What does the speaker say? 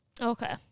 Okay